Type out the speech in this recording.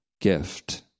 gift